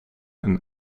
een